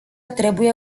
trebuie